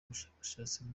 ubushakashatsi